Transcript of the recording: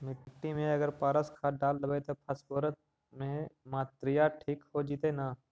मिट्टी में अगर पारस खाद डालबै त फास्फोरस के माऋआ ठिक हो जितै न?